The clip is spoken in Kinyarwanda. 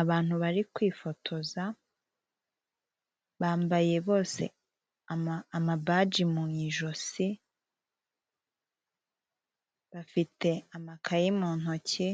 Abantu bari kwifotoza bambaye bose amabaji mu ijosi bafite amakaye m'intoki